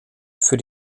für